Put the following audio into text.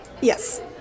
Yes